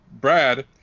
Brad